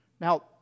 Now